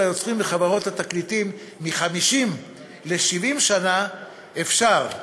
היוצרים וחברות התקליטים מ-50 ל-70 שנה אפשר,